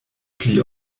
pli